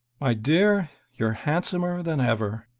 my dear, you're handsomer than ever!